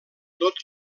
tot